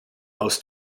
aus